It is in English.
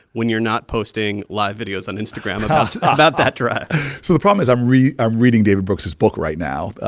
when you're not posting live videos on instagram ah about that drive? so the problem is i'm reading i'm reading david brooks' book right now,